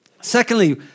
Secondly